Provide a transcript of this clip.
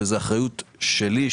וזה אחריות שלי,